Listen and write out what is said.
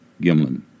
Gimlin